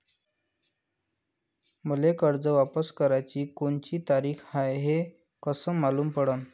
मले कर्ज वापस कराची कोनची तारीख हाय हे कस मालूम पडनं?